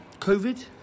Covid